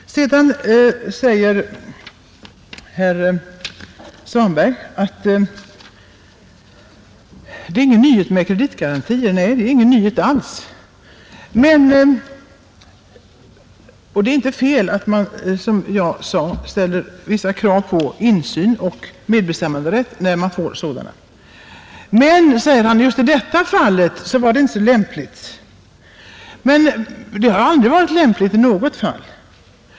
Vidare sade herr Svanberg att kreditgarantier inte är någon nyhet. Nej, det är ingen nyhet alls. Det är inte fel att det, som jag sade, ställs vissa krav på insyn och medbestämmanderätt när man får sådana, Men, sade herr Svanberg, just i detta fall var det inte så lämpligt. Men det har aldrig varit lämpligt, inte i något fall.